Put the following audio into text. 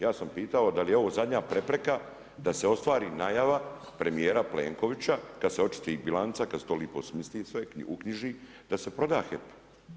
Ja sam pitao da li je ovo zadnja prepreka da se ostvari najava premijera Plenkovića, kada se očisti bilanca, kada se to lijepo smisli sve i uknjiži da se proda HEP.